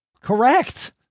Correct